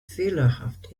fehlerhaft